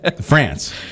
France